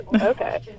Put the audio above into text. Okay